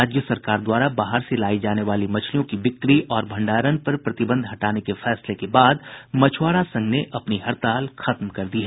राज्य सरकार द्वारा बाहर से लायी जाने वाली मछलियों की बिक्री और भंडारण पर प्रतिबंध हटाने के फैसले के बाद मछुआरा संघ ने भी अपनी हड़ताल खत्म कर दी थी